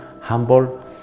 humble